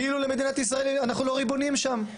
כאילו מדינת ישראל היא לא הריבון שם.